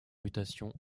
mutations